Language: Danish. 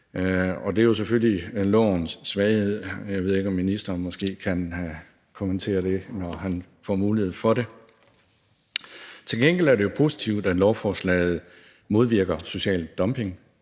og det er jo selvfølgelig lovens svaghed – jeg ved ikke, om ministeren måske kan kommentere det, når han får mulighed for det. Til gengæld er det jo positivt, at lovforslaget modvirker social dumping,